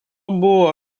buvo